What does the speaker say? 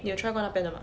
你有 try 过那边的吗